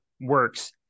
works